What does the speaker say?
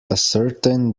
ascertain